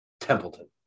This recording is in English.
Templeton